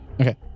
Okay